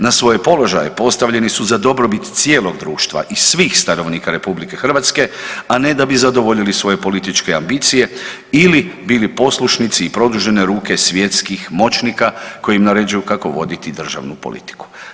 Na svoje položaje postavljeni su za dobrobit cijelog društva i svih stanovnika RH, a ne da bi zadovoljili svoje političke ambicije ili bili poslušnici i produžene ruke svjetskih moćnika koji im naređuju kako voditi državnu politiku.